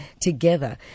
together